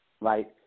right